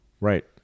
Right